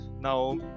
Now